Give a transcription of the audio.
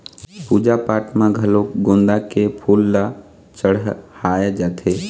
पूजा पाठ म घलोक गोंदा के फूल ल चड़हाय जाथे